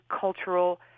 cultural